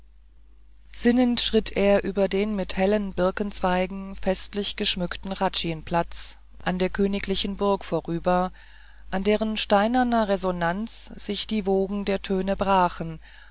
sinnend schritt er über den mit hellen birkenzweigen festlich geschmückten hradschinplatz an der königlichen burg vorüber an deren steinerner resonanz sich die wogen der töne brachen